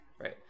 Right